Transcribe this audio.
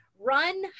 Run